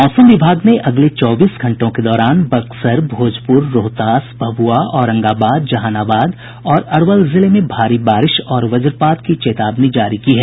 मौसम विभाग ने अगले चौबीस घंटों के दौरान बक्सर भोजपुर रोहतास भभुआ औरंगाबाद जहानाबाद और अरवल जिले में भारी बारिश और वज्रपात की चेतावनी जारी की है